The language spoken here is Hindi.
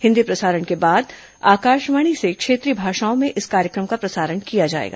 हिन्दी प्रसारण के तुरंत बाद आकाशवाणी से क्षेत्रीय भाषाओं में इस कार्यक्रम का प्रसारण किया जाएगा